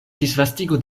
disvastigo